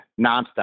nonstop